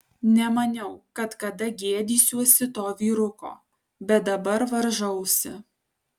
nemaniau kad kada gėdysiuosi to vyruko bet dabar varžausi